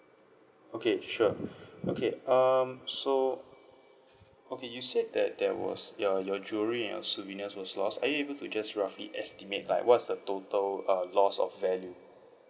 okay sure okay um so okay you said that there was your your jewelery and your souvenirs was lost are you able to just roughly estimated like what is the total uh loss of value